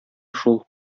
шул